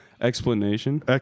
Explanation